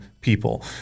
people